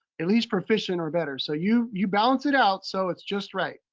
at least proficient or better. so you you balance it out so it's just right.